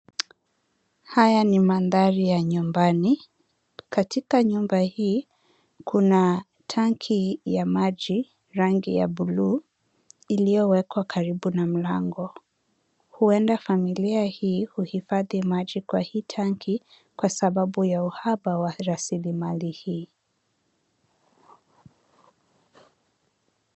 Haya ni mandhari ya nyumbani, katika nyumba hii, kuna tanki ya maji, rangi ya bluu, iliyowekwa karibu na mlango. Huenda familia hii, huhifadhi maji kwa hii tanki, kwa sababu ya uhaba, wa rasilimali hii.